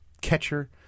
catcher